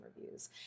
reviews